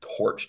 torched